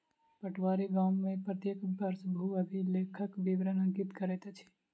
पटवारी गाम में प्रत्येक वर्ष भू अभिलेखक विवरण अंकित करैत अछि